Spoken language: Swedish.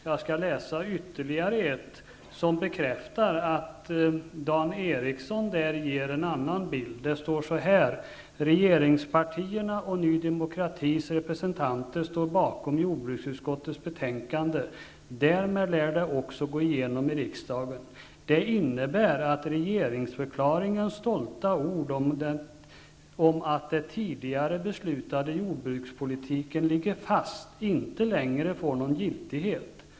Jag skall läsa upp ytterligare ett avsnitt som bekräftar att Dan Ericsson där ger en annan bild: Regeringspartierna och Ny demokratis representanter står bakom jordbruksutskottets betänkande. Därmed lär det också gå igenom i riksdagen. Det innebär att regeringsförklaringens stolta ord om att den tidigare beslutade jordbrukspolitiken ligger fast inte längre får någon giltighet.